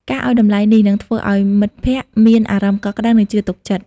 ការឱ្យតម្លៃនេះ នឹងធ្វើឱ្យមិត្តភក្តិមានអារម្មណ៍កក់ក្តៅ និងជឿទុកចិត្ត។